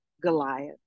Goliath